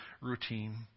routine